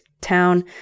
town